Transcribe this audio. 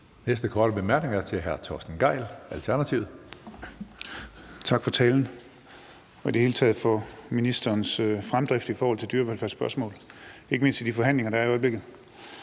Næste korte bemærkning er til hr. Torsten Gejl, Alternativet. Kl. 14:24 Torsten Gejl (ALT): Tak for talen, og i det hele taget tak for ministerens fremdrift i forhold til dyrevelfærdsspørgsmål, ikke mindst i forbindelse med de forhandlinger, der er i øjeblikket.